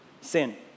sin